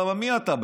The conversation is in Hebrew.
למה, מי אתה?